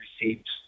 received